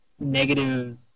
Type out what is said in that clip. Negative